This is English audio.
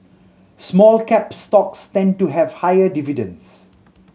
small cap stocks tend to have higher dividends